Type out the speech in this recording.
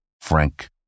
Frank